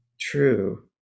true